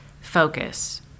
focus